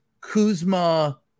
Kuzma